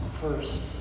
first